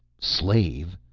slave!